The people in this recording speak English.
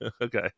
Okay